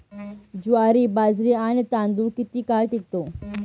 ज्वारी, बाजरी आणि तांदूळ किती काळ टिकतो?